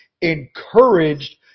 encouraged